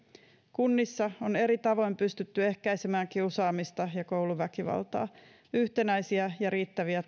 kunnissa on eri tavoin pystytty ehkäisemään kiusaamista ja kouluväkivaltaa yhtenäisiä ja riittäviä